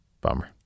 bummer